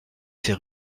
ses